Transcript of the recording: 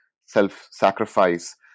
self-sacrifice